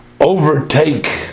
overtake